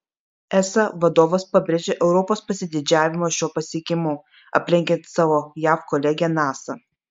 esa vadovas pabrėžė europos pasididžiavimą šiuo pasiekimu aplenkiant savo jav kolegę nasa